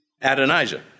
Adonijah